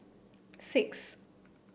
six